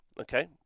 okay